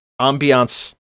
ambiance